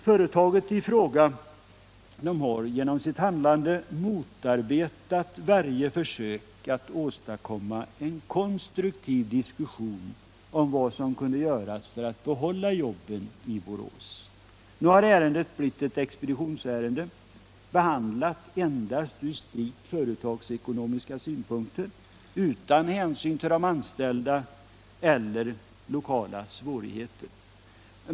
Företaget i fråga har genom sitt handlande motarbetat varje försök att åstadkomma en konstruktiv diskussion om vad som kan göras för att man skall kunna behålla arbetena i Borås. Nu har ärendet blivit ett expeditionsärende, behandlat endast från strikt företagsekonomiska synpunkter utan hänsyn till de anställda eller till lokala svårigheter.